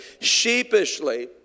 sheepishly